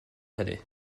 hynny